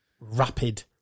Rapid